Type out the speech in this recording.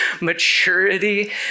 maturity